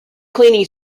cleaning